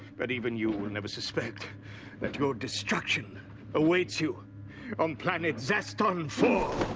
but even you will never suspect that your destruction awaits you on planet zaston four.